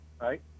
Right